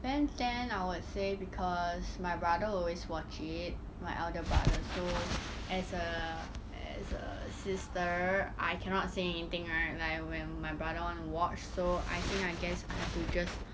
ben ten I would say because my brother always watch it my elder brother so as a as a sister I cannot say anything right like when my brother want to watch so I think I guess I have to just